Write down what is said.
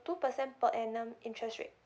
two percent per annum interest rate